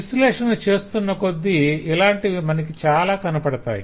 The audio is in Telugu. విశ్లేషణ చేస్తున్నకొద్దీ ఇలాంటివి మనకి చాలా కనపడతాయి